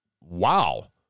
wow